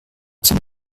zur